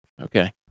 Okay